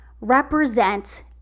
represent